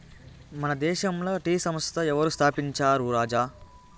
మన దేశంల టీ సంస్థ ఎవరు స్థాపించారు రాజా